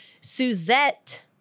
Suzette